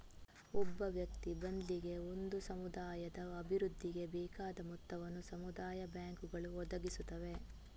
ಒಬ್ಬ ವ್ಯಕ್ತಿ ಬದ್ಲಿಗೆ ಒಂದು ಸಮುದಾಯದ ಅಭಿವೃದ್ಧಿಗೆ ಬೇಕಾದ ಮೊತ್ತವನ್ನ ಸಮುದಾಯ ಬ್ಯಾಂಕುಗಳು ಒದಗಿಸುತ್ತವೆ